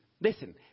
Listen